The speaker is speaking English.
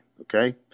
okay